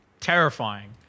terrifying